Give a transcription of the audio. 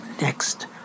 next